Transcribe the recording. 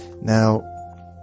Now